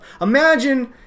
Imagine